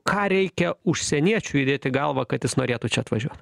ką reikia užsieniečiui įdėt į galvą kad jis norėtų čia atvažiuot